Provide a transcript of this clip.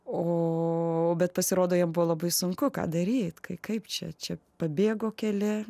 o bet pasirodo jam buvo labai sunku ką daryti kai kaip čia čia pabėgo keli